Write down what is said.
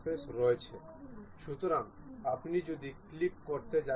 আসুন আমরা এটিকে 100 বলি 78 করি